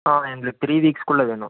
ஆ இந்த த்ரீ வீக்ஸ்க்குள்ளே வேணும்